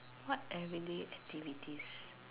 what everyday activities